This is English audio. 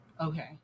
Okay